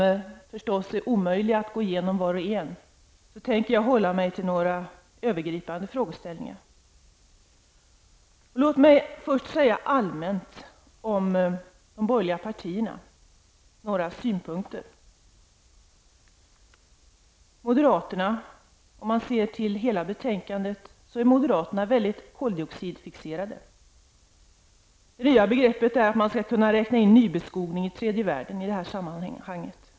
Naturligtvis är det omöjligt för mig att ta upp var och en för sig. Därför tänker jag hålla mig till några övergripande frågeställningar. Först vill jag anlägga några allmänna synpunkter på de borgerliga partierna. Moderaterna är, och jag tänker då på hela betänkandet, mycket koldioxidfixerade. Det nya begreppet är nybeskogning i tredje världen, som skulle kunna räknas in i det här sammanhanget.